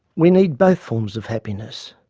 we need both forms of happiness,